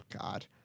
god